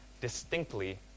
distinctly